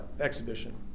exhibition